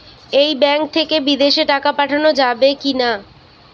এই ব্যাঙ্ক থেকে বিদেশে টাকা পাঠানো যাবে কিনা?